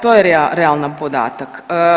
To je realan podatak.